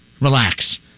relax